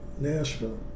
Nashville